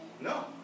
No